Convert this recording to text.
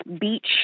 Beach